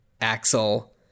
Axel